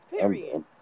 Period